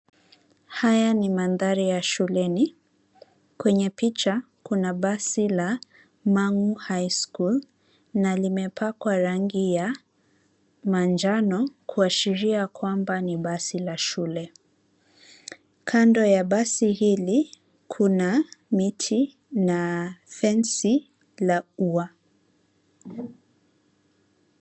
Haya mi mandhari ya shuleni. Kwenye picha kuna basi la MANG'U HIGH SCHOOL na limepakwa rangi ya manjano kuashiria kwamba ni basi la shule. Kando ya basi hili kuna miti na fence la ua.